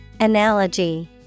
Analogy